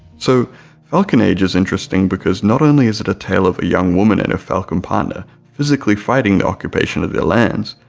so falcon age is interesting because not only is it a tale of a young woman and her falcon partner physically fighting the occupation of their lands,